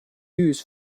views